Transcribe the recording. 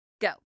Go